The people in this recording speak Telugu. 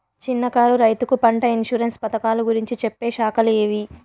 చిన్న కారు రైతుకు పంట ఇన్సూరెన్సు పథకాలు గురించి చెప్పే శాఖలు ఏవి?